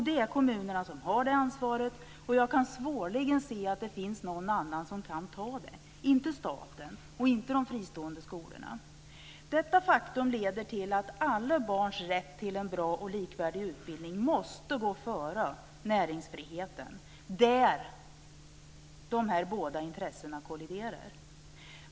Det är kommunerna som har detta ansvar. Jag kan svårligen se att det finns någon annan som kan ta det, inte staten och inte de fristående skolorna. Detta faktum leder till att alla barns rätt till en bra och likvärdig utbildning måste gå före näringsfriheten, där båda dessa intressen kolliderar.